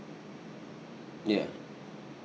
yeah